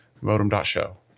modem.show